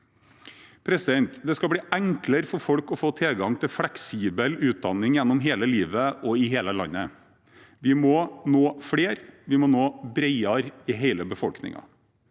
omstilling. Det skal bli enklere for folk å få tilgang til fleksibel utdanning gjennom hele livet og i hele landet. Vi må nå flere, og vi må nå bredere i hele befolkningen.